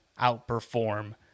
outperform